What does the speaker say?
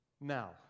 Now